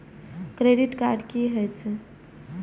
Credit card की होय छै?